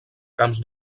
camps